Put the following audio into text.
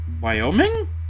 Wyoming